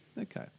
okay